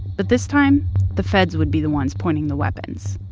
but this time the feds would be the ones pointing the weapons